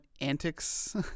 antics